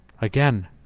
Again